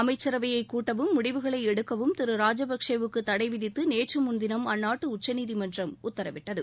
அமைச்சரவையை கூட்டவும் முடிவுகளை எடுக்கவும் திரு ராஜபக்சே வுக்கு தடை விதித்து நேற்று முன்தினம் அந்நாட்டு உச்சநீதிமன்றம் உத்தரவிட்டது